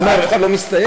אף אחד לא מסתייג בכלל.